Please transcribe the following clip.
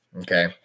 Okay